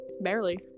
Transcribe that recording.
barely